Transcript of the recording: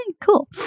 Cool